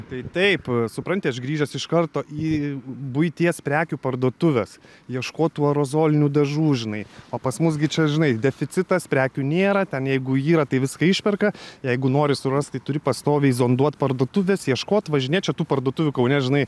tai taip supranti aš grįžęs iš karto į buities prekių parduotuves ieškot tų aerozolinių dažų žinai o pas mus gi čia žinai deficitas prekių nėra ten jeigu yra tai viską išperka jeigu nori surast tai turi pastoviai zonduot parduotuves ieškot važinėt čia tų parduotuvių kaune žinai